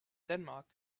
denmark